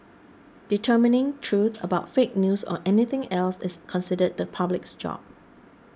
determining truth about fake news or anything else is considered the public's job